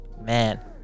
Man